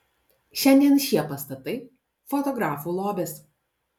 šiandien šie pastatai fotografų lobis